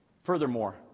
Furthermore